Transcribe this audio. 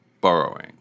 borrowing